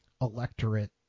electorate